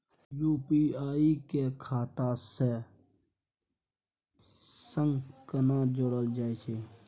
UPI के खाता सं केना जोरल जाए छै?